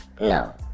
no